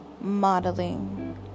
modeling